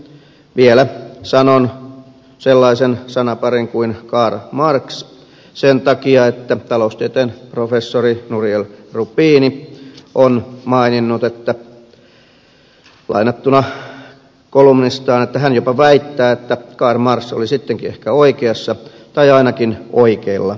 vielä sanon sellaisen sanaparin kuin karl marx sen takia että taloustieteen professori nouriel roubini on maininnut lainattuna kolumnistaan että hän jopa väittää että karl marx oli sittenkin ehkä oikeassa tai ainakin oikeilla jäljillä